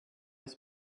his